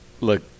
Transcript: look